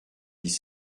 dix